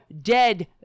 dead